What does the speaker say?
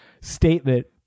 statement